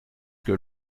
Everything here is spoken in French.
que